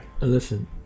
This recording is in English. Listen